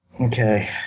Okay